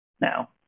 now